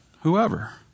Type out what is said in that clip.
whoever